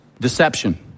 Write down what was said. deception